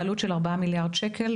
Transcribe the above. בעלות של ארבעה מיליארד שקל,